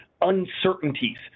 uncertainties